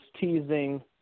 teasing